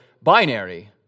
Binary